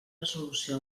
resolució